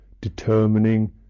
determining